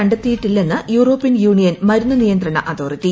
കണ്ടെത്തിയിട്ടില്ലെന്ന് European Union മരുന്ന് നിയന്ത്രണ authority